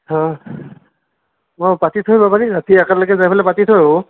অঁ পাতি থৈ আহিবা পাৰি ৰাতি একেলগে যাই পেলাই পাতি থৈ আহোঁ